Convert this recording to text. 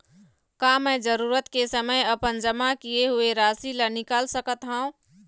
का मैं जरूरत के समय अपन जमा किए हुए राशि ला निकाल सकत हव?